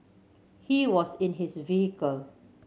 he was in his vehicle